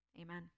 amen